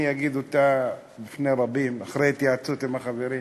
אני אגיד אותה בפני רבים אחרי התייעצות עם החברים.